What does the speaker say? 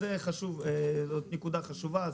אז זאת נקודה חשובה.